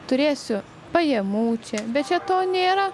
turėsiu pajamų čia bet čia to nėra